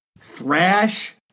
Thrash